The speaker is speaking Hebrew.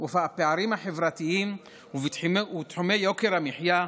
ובפערים החברתיים ובתחומי יוקר המחיה,